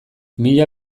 mila